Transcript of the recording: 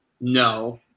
No